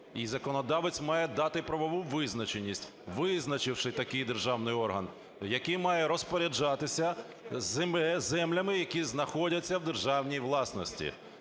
і законодавець має дати правову визначеність, визначивши такий державний орган, який має розпоряджатися землями, які знаходяться в державній власності.